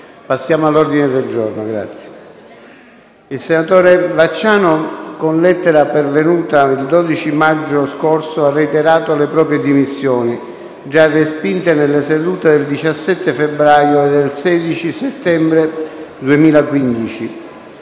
dal senatore Vacciano». Il senatore Vacciano, con lettera del 12 maggio scorso, ha reiterato le proprie dimissioni, già respinte nelle sedute del 17 febbraio e del 16 settembre 2015.